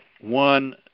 one